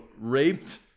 raped